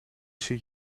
see